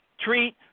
treat